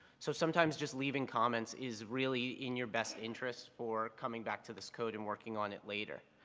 so sometimes just leaving comments is really in your best interest for coming back to this code and working on it later.